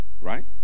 right